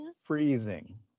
freezing